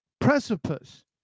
precipice